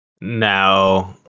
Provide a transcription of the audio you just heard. Now